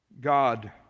God